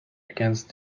against